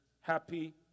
happy